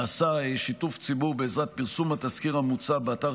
נעשה שיתוף ציבור בעזרת פרסום התזכיר המוצע באתר